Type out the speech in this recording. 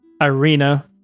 Irina